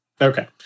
Okay